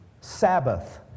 Sabbath